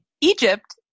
Egypt